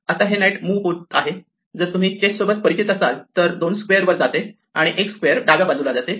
आता हे knight move होत आहे जर तुम्ही चेस्ट सोबत परिचित असाल ते दोन स्क्वेअर वर जाते आणि एक स्क्वेअर डाव्या बाजूला जाते